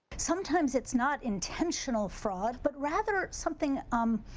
sometimes it's not intentional fraud but rather, something, um,